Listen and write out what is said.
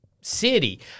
city